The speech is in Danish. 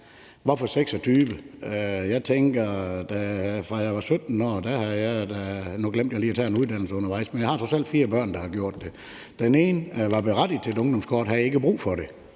Hvorfor er det 26 år? Nu glemte jeg lige at tage en uddannelse undervejs, men jeg har trods alt fire børn, der har gjort det, og den ene var berettiget til et ungdomskort og havde ikke brug for det,